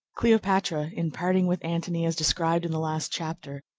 cleopatra, in parting with antony as described in the last chapter,